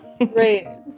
Right